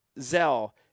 Zell